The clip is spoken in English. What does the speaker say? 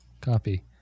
Copy